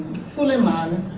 sulaiman,